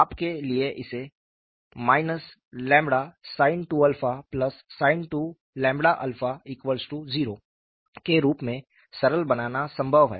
आपके लिए इसे sin2sin20 के रूप में सरल बनाना संभव है